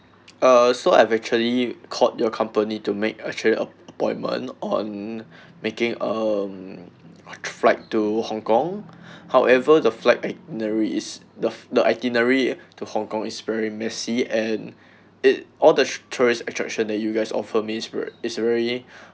uh so I've actually called your company to make a travel appointment on making um flight to hong kong however the flight itinerary is the the itinerary to hong kong is very messy and it all the tourist attraction that you guys offer me is ver~ is very